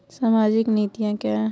सामाजिक नीतियाँ क्या हैं?